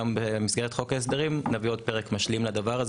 גם במסגרת חוק ההסדרים נביא עוד פרק משלים לזה,